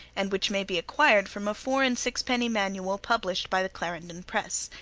and which may be acquired from a four and six-penny manual published by the clarendon press.